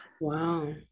wow